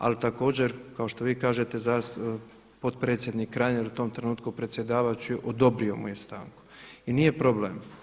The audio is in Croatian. Ali također kao što vi kažete potpredsjednik Reiner u tom trenutku predsjedavajući odobrio mu je stanku i nije problem.